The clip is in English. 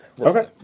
Okay